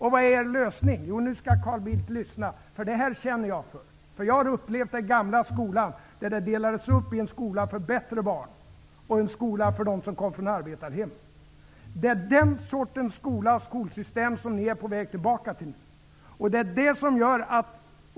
Vilken är er lösning? Nu skall Carl Bildt lyssna, för det här känner jag för. Jag har upplevt den gamla skolan, som delades upp i en skola för bättre barn och en skola för dem som kom från arbetarhem. Det är den sortens skolsystem som ni är på väg tillbaka till.